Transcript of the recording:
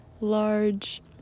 large